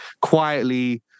quietly